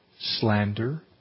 slander